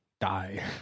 die